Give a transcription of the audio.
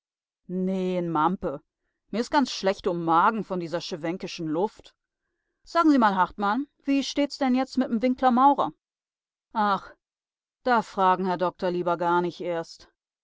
nee n mampe mir is ganz schlecht um n magen von dieser scherwenkischen luft sagen sie mal hartmann wie steht's denn jetzt mit m winkler maurer ach da fragen der herr doktor lieber gar nich erst